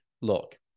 look